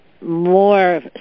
more